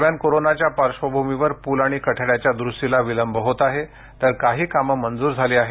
दरम्यान कोरोनाच्या पार्श्वभूमीवर पुल आणि कठड्यांच्या दुरुस्तीला विलंब होत आहे तर काही कामे मंजूर झाली आहेत